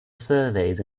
surveys